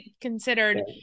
considered